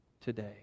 today